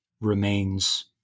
remains